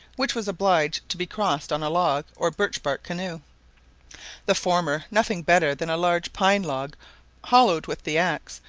which was obliged to be crossed on a log, or birch-bark canoe the former nothing better than a large pine-log hollowed with the axe,